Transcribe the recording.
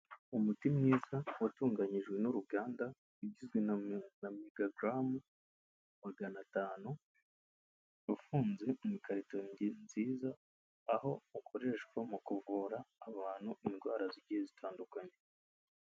Umuti mwiza watunganyijwe n'uruganda ugizwe na mega garamu magana atanu wafunze mu ikarito nziza aho ukoreshwa mu kuvura abantu indwara z'igihe zitandukanye.